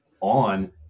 on